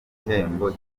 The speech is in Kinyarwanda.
gihembo